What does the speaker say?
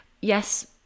yes